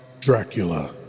Dracula